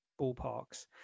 ballparks